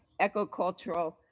ecocultural